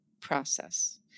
process